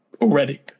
already